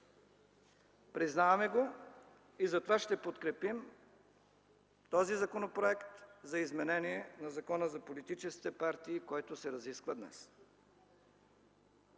Признаваме го и затова ще подкрепим този Законопроект за изменение на Закона за политическите партии, който се разисква днес,